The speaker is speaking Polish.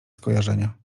skojarzenia